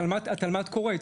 התלמ"ת קורה,